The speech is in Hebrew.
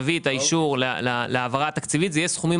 את האישור להעברה התקציבית זה יהיה סכומים